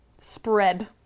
spread